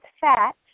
fat